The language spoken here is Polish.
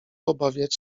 obawiać